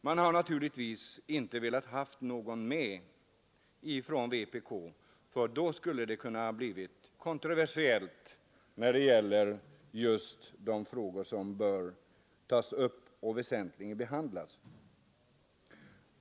Man har naturligtvis inte velat ha med någon från vpk, ty då skulle det ha kunnat bli kontroversiellt när det gäller just de frågor som bör tas upp och väsentligen behandlas.